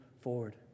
forward